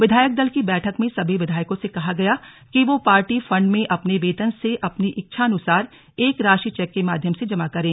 विधायक दल की बैठक में सभी विधायकों से कहा गया कि वह पार्टी फंड में अपने वेतन से अपनी इच्छा अनुसार एक राशि चैक के माध्यम से जमा करें